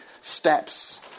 steps